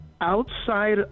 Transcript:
outside